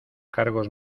cargos